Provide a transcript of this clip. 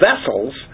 vessels